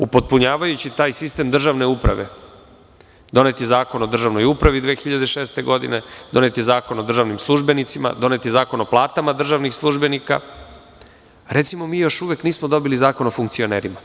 Upotpunjavajući taj sistem državne uprave donet je Zakon o državnoj upravi 2006. godine, donet je Zakon o državnim službenicima, donet je Zakon o platama državnih službenika, a recimo još uvek nismo dobili zakon o funkcionerima.